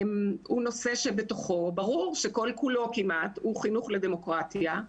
הוא נושא שבתוכו ברור שכל כולו כמעט הוא חינוך לדמוקרטיה.